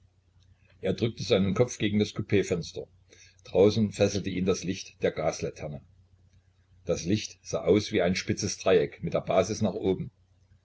er drückte seinen kopf gegen das coupfenster draußen fesselte ihn das licht der gaslaterne das licht sah aus wie ein spitzes dreieck mit der basis nach oben